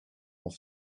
off